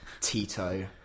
Tito